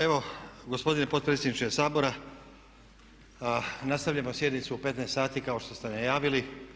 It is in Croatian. Evo gospodine potpredsjedniče Sabora nastavljamo sjednicu u 15,00 sati kao što ste najavili.